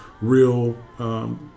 real